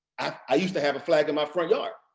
i used to have a flag in my front yard.